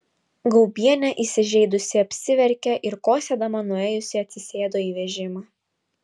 gaubienė įsižeidusi apsiverkė ir kosėdama nuėjusi atsisėdo į vežimą